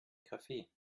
kaffee